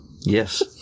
yes